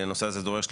הנושא הזה דורש,